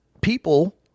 people